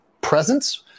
presence